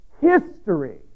history